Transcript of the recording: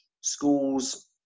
schools